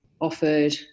offered